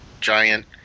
giant